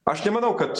aš nemanau kad